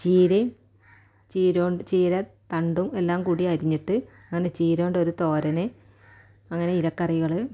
ചീരയും ചീരകൊണ്ട് ചീരത്തണ്ടും എല്ലാം കൂടി അരിഞ്ഞിട്ട് ആണ് ചീരകൊണ്ട് ഒരു തോരൻ അങ്ങനെ ഇലക്കറികൾ